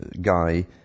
guy